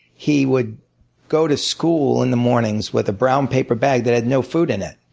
he would go to school in the mornings with a brown paper bag that had no food in it.